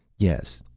yes,